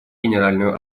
генеральную